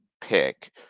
pick